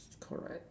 correct